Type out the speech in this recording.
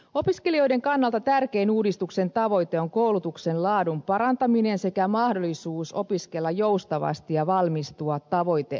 opiskelijoiden kannalta tärkein uudistuksen tavoite on koulutuksen laadun parantaminen sekä mahdollisuus opiskella joustavasti ja valmistua tavoiteajassa